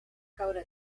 caure